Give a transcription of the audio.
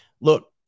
Look